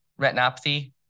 retinopathy